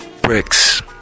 Bricks